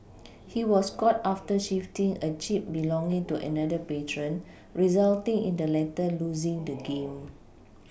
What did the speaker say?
he was caught after shifting a chip belonging to another patron resulting in the latter losing the game